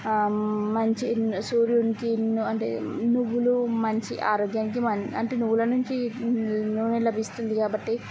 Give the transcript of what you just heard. మంచి సూర్యునికి అంటే నువ్వులూ మంచి ఆరోగ్యానికి మం అంటే నువ్వుల నుంచి నూనె లభిస్తుంది కాబట్టి